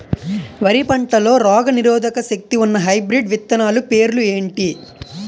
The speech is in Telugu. వరి పంటలో రోగనిరోదక శక్తి ఉన్న హైబ్రిడ్ విత్తనాలు పేర్లు ఏంటి?